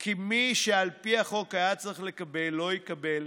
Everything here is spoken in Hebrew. כי מי שעל פי החוק היה צריך לקבל לא יקבל,